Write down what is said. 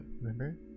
Remember